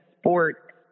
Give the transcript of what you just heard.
sport